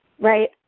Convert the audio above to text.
right